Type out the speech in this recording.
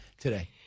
today